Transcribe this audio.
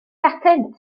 atynt